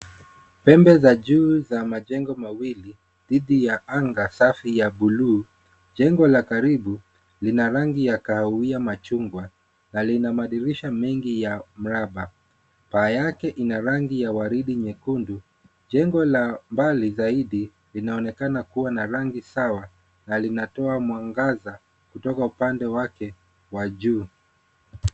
Pembe za juu za majengo mawili dhidi ya anga safi ya buluu. Jengo la karibu, Lina rangi ya kahawia machungwa na Lina madirisha mengi ya mraba. Paa yake ina rangi ya waridi nyekundu. Jengo la mbali linaonekana kuwa na rangi sawa na linatoa mwangaza kutoka upande wake wa juu.